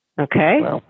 Okay